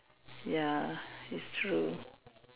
ya it's true